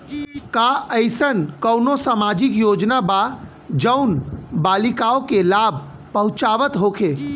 का एइसन कौनो सामाजिक योजना बा जउन बालिकाओं के लाभ पहुँचावत होखे?